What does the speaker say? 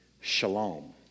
shalom